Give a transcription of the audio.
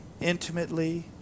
intimately